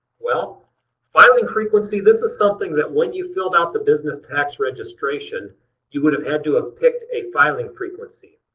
well filing frequency, this is something that when you filled out the business tax registration you would have had to have ah picked a filing frequency.